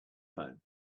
phone